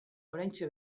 oraintxe